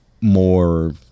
more